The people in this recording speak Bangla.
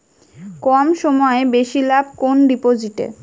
কম সময়ে বেশি লাভ কোন ডিপোজিটে?